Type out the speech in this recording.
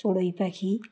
চড়ুই পাখি